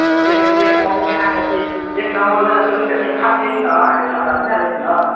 तऽ एक एक नवम्बरकेँ अहाँके अथी एक नवम्बर दुइ हजार चौबिसके अहाँके अथी खाली अछि ने अहाँके साटा नहि भेल अछि ने